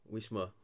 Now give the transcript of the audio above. Wisma